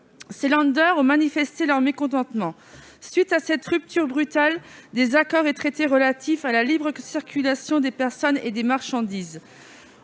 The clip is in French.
Ces ont manifesté leur mécontentement devant cette rupture brutale des accords et traités relatifs à la libre circulation des personnes et des marchandises.